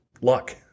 luck